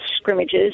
scrimmages